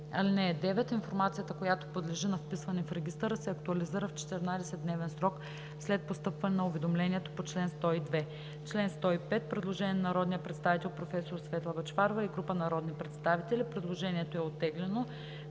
(9) Информацията, която подлежи на вписване в регистъра, се актуализира в 14-дневен срок след постъпване на уведомлението по чл. 102.“ По чл. 105 има предложение на народния представител професор Светла Бъчварова и група народни представители. Предложението е оттеглено.